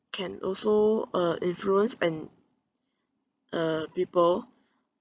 can also uh influence and uh people